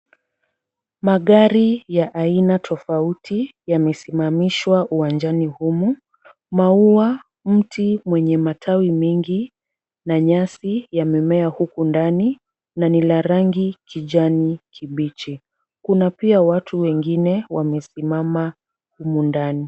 Magari ya aina tofauti yamesimamishwa uwanjani humu. Maua mti mwenye matawi mingi, na nyasi yamemea huku ndani, na ni la rangi kijani kibichi. Kuna pia watu wengine wamesimama humu ndani.